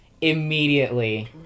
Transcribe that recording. immediately